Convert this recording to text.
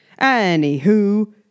Anywho